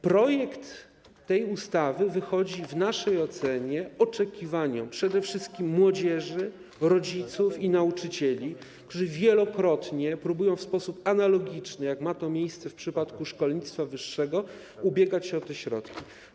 Projekt tej ustawy wychodzi w naszej ocenie naprzeciw oczekiwaniom przede wszystkim młodzieży, rodziców i nauczycieli, którzy wielokrotnie próbują w sposób analogiczny, jak to ma miejsce w przypadku szkolnictwa wyższego, ubiegać się o te środki.